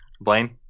Blaine